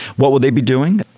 what would they be doing?